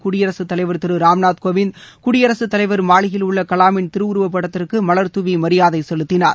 குடியரசுத் தலைவர் திரு ராம்நாத் கோவிந்த் குடியரசுத் தலைவர் மாளிகையில் உள்ள கலாமின் திருவுருவப்படத்திற்கு மலர்தூவி மரியாதை செலுத்தினார்